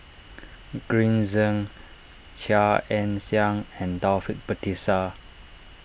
Green Zeng Chia Ann Siang and Taufik Batisah